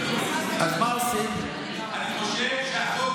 עם, אמיתי, אני מסכים איתך.